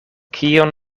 kion